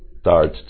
start